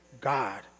God